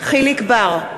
יחיאל חיליק בר,